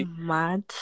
mad